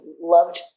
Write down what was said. loved